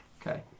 Okay